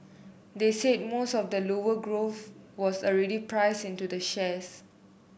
they said most of the lower growth was already priced into the shares